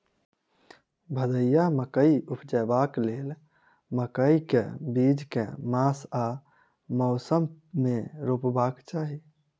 भदैया मकई उपजेबाक लेल मकई केँ बीज केँ मास आ मौसम मे रोपबाक चाहि?